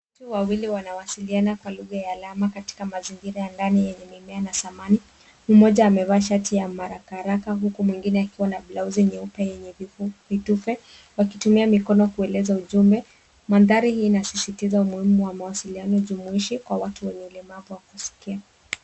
Watu wawili wanawasiliana kwa lugha ya alama, katika mazingira ya ndani yenye mimea na samani. Mmoja amevaa shati ya maharaka haraka huku mwingine akiwa na blausi nyeupe yenye tufe wakitumia mikono kueleza ujumbe mandhari hii inasisitiza umuhimu wa mawasiliano jumuishi kwa watu wenye ulemavu wa kusikia.